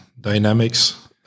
dynamics